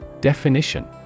Definition